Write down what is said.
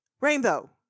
Rainbow